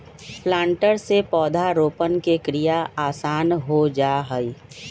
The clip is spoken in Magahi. प्लांटर से पौधरोपण के क्रिया आसान हो जा हई